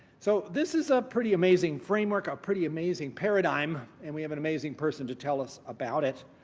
so this is a pretty amazing framework, a pretty amazing paradigm and we have an amazing person to tell us about it.